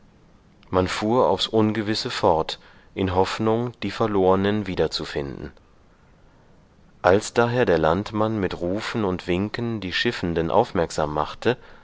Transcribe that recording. man fuhr aufs ungewisse fort in hoffnung die verlornen wiederzufinden als daher der landmann mit rufen und winken die schiffenden aufmerksam machte